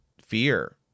fear